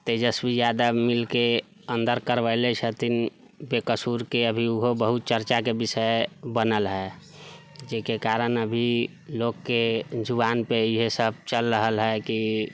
तेजस्वी यादव मिलके अन्दर करबैले छथिन बेकसूरके अभी ओहो बहुत चर्चाके विषय बनल हइ जाहिके कारण अभी लोकके जुबानपर इएह सब चलि रहल हइ कि